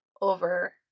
over